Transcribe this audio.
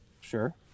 sure